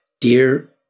dear